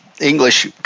English